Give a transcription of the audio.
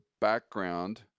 background